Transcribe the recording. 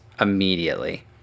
immediately